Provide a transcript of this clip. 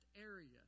area